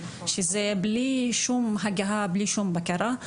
שזה בלי שום הגהה ובלי שום בקרה,